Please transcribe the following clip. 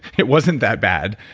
it wasn't that bad,